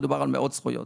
מדובר על מאות זכויות.